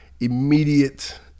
immediate